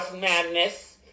Madness